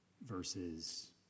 versus